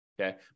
okay